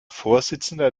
vorsitzender